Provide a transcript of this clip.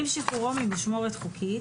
עם שחרורו ממשמורת חוקית,